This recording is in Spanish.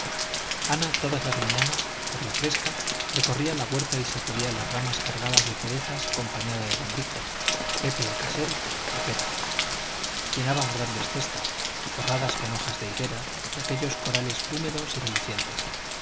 ana todas las mañanas por la fresca recorría la huerta y sacudía las ramas cargadas de cerezas acompañada de don víctor pepe el casero y petra llenaban grandes cestas forradas con hojas de higuera de aquellos corales húmedos y relucientes